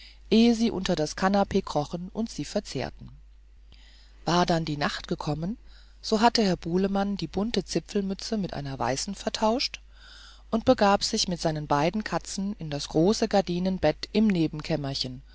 sie unter das kanapee krochen und sie verzehrten war dann die nacht gekommen und hatte herr bulemann die bunte zipfelmütze mit einer weißen vertauscht so begab er sich mit seinen beiden katzen in das große gardinenbett im